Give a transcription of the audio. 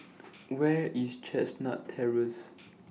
Where IS Chestnut Terrace